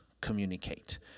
communicate